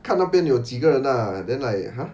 看那边有几个人 ah then like !huh!